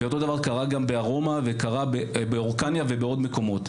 אותו דבר קרה גם בארומה ובהורקניה ובעוד מקומות.